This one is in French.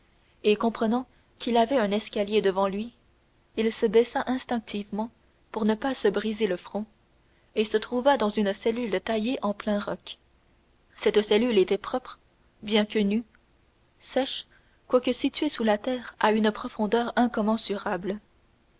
et comprenant qu'il avait un escalier devant lui il se baissa instinctivement pour ne pas se briser le front et se trouva dans une cellule taillée en plein roc cette cellule était propre bien que nue sèche quoique située sous la terre à une profondeur incommensurable